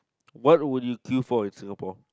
what would you queue for in Singapore